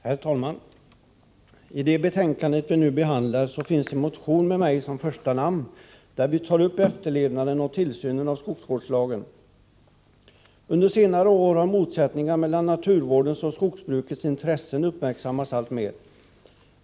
Herr talman! I det betänkande vi nu behandlar finns en motion med mitt namn först, där vi tar upp efterlevnaden och tillsynen av skogsvårdslagen. Under senare år har motsättningar mellan naturvårdens och skogsbrukets intressen uppmärksammats alltmer.